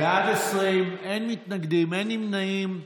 בעד, 20, אין מתנגדים ואין נמנעים.